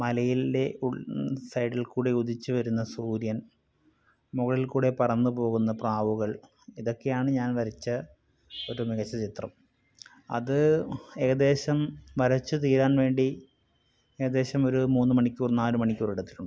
മലയിലെ സൈഡിൽക്കൂടി ഉദിച്ചുവരുന്ന സൂര്യൻ മുകളിൽക്കൂടി പറന്നുപോവുന്ന പ്രാവുകൾ ഇതൊക്കെയാണ് ഞാൻ വരച്ച ഒരു മികച്ച ചിത്രം അത് ഏകദേശം വരച്ചുതീരാൻ വേണ്ടി ഏകദേശം ഒരു മൂന്നു മണിക്കൂർ നാലു മണിക്കൂർ എടുത്തിട്ടുണ്ട്